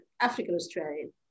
African-Australian